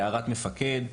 הערת מפקד.